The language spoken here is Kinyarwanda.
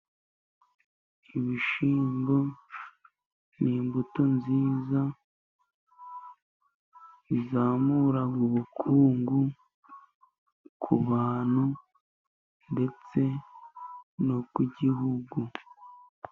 Ibishyimbo ni imbuto nziza, izamura ubukungu ku bantu ndetse no ku gihugu.